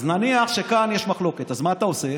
אז נניח שכאן יש מחלוקת, אז מה אתה עושה?